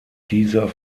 dieser